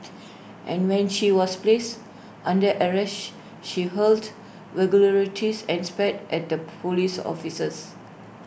and when she was placed under arrest she hurled vulgarities and spat at the Police officers